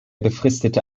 befristete